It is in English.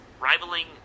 rivaling